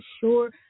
sure